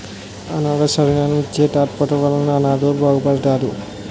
అనాధ శరణాలయాలకు ఇచ్చే తాతృత్వాల వలన అనాధలు బాగుపడతారు